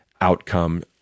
outcome